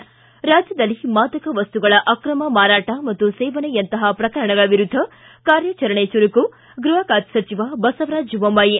ಿ ರಾಜ್ಯದಲ್ಲಿ ಮಾದಕ ವಸ್ತುಗಳ ಅಕ್ರಮ ಮಾರಾಟ ಮತ್ತು ಸೇವನೆಯಂತಹ ಪ್ರಕರಣಗಳ ವಿರುದ್ದ ಕಾರ್ಯಾಚರಣೆ ಚುರುಕು ಗ್ಬಹ ಖಾತೆ ಸಚಿವ ಬಸವರಾಜ ಬೊಮ್ಬಾಯಿ